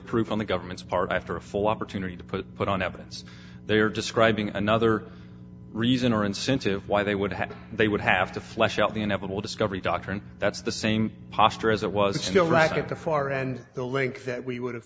proof on the government's part after a full opportunity to put put on evidence they are describing another reason or incentive why they would have they would have to fly shell the inevitable discovery doctrine that's the same posture as it was still ranked at the far end the link that we would have